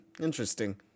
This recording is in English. interesting